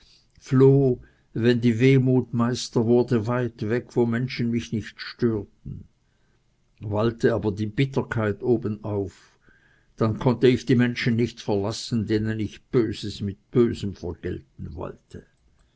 floh wenn die wehmut meister wurde weit weg wo menschen mich nicht störten wallte aber die bitterkeit oben auf dann konnte ich die menschen nicht verlassen denen ich böses mit bösem vergelten wollte